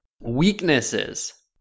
weaknesses